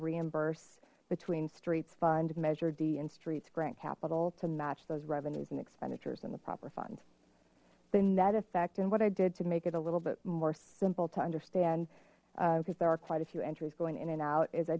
reimburse between streets fund measure d and streets grant capital to match those revenues and expenditures in the proper fund then that effect and what i did to make it a little bit more simple to understand because there are quite a few entries going in and out is i